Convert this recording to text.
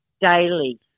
daily